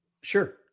Sure